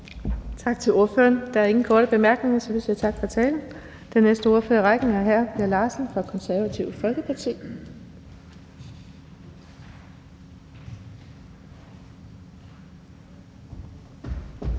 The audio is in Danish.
Tak til ordføreren. Der er ingen korte bemærkninger, så vi siger tak for talen. Den næste ordfører i rækken er hr. Per Larsen fra Det Konservative Folkeparti.